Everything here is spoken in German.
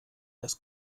das